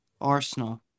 Arsenal